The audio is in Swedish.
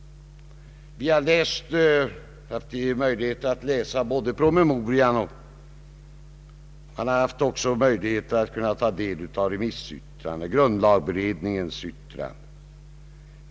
Vi har haft möjlighet att läsa både promemorian, olika remissyttranden samt grundlagberedningens yttrande.